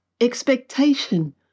expectation